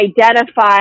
identify